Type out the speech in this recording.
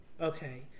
okay